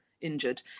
injured